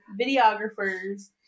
videographers